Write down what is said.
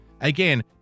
Again